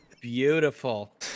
Beautiful